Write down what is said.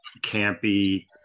campy